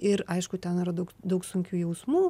ir aišku ten yra daug daug sunkių jausmų